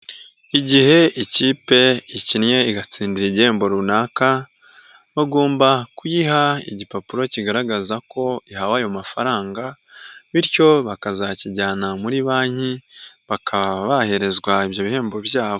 Igihe ikipe ikinnye igatsindira igihembo runaka, bagomba kuyiha igipapuro kigaragaza ko ihawe ayo mafaranga, bityo bakazakijyana muri banki bakaba baherezwa ibyo bihembo byabo.